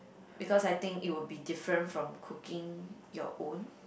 because I think it would be different from cooking your own